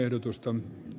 kannatan